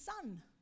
son